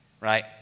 right